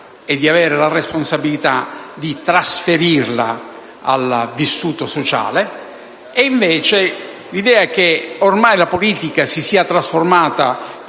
e di avere la responsabilità di trasferirla al vissuto sociale; dall'altra parte, l'idea che ormai la politica si sia trasformata